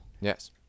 Yes